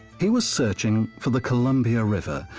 he was searching for the columbia river,